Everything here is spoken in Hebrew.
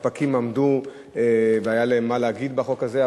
הספקים עמדו והיה להם מה להגיד בחוק הזה.